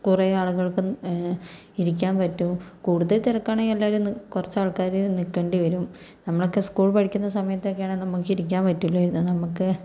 കുറേ ആളുകൾക്ക് ഇരിക്കാൻ പറ്റും കൂടുതൽ തിരക്കാണെങ്കിൽ എല്ലാവരും നി കുറച്ചാൾക്കാര് നിക്കണ്ടിവരും നമ്മളൊക്കെ സ്കൂളിൽ പഠിക്കുന്ന സമയത്തൊക്കെ ആണെൽ നമുക്കിരിക്കാൻ പറ്റില്ലായിരുന്നു നമുക്ക്